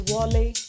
Wally